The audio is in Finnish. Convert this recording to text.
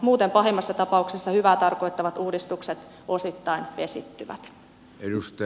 muuten pahimmassa tapauksessa hyvää tarkoittavat uudistukset osittain vesittyvät